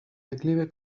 declive